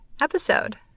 episode